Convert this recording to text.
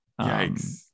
Yikes